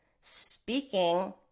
speaking